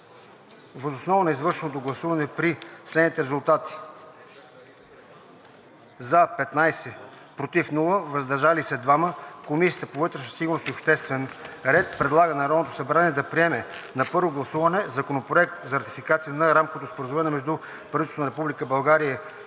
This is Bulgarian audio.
Въз основа на извършеното гласуване при следните резултати: „за“ – 15, без „против“, „въздържал се“ – 2, Комисията по вътрешна сигурност и обществен ред предлага на Народното събрание да приеме на първо гласуване Законопроект за ратификация на Рамковото споразумение между